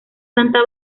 santa